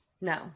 No